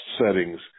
settings